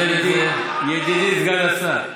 ידידי סגן השר,